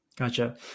Gotcha